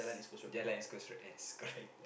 jalan East-Coast-Road yes correct